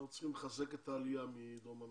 אז קודם כל אנחנו צריכים לחזק את העלייה מדרום אמריקה.